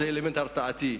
אלמנט הרתעתי.